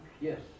yes